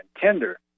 tender